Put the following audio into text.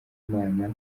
imana